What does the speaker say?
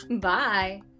Bye